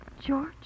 George